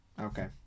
Okay